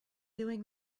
doing